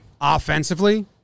offensively